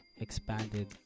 expanded